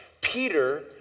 Peter